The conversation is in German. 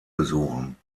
besuchen